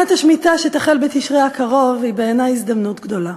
שנת השמיטה שתחל בתשרי הקרוב היא בעיני הזדמנות גדולה,